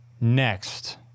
Next